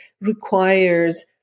requires